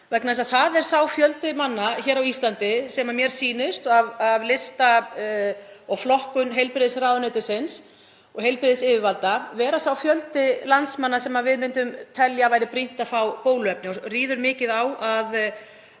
vegna þess að það er sá fjöldi manna hér á Íslandi sem mér sýnist af lista og flokkun heilbrigðisráðuneytisins og heilbrigðisyfirvalda vera sá fjöldi landsmanna sem við myndum telja að væri brýnt að fengi bóluefni. Ríður mikið á að